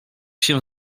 się